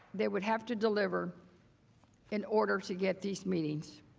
they would have to deliver in order to get these meetings.